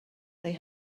they